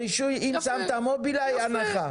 ברישוי, אם שמת מובילאיי הנחה.